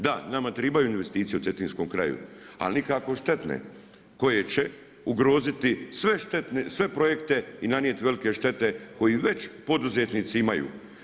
Da, nama trebaju investicije u Cetinskom kraju ali nikako štetne koje će ugroziti sve projekte i nanijeti velike štete koje već poduzetnici imaju.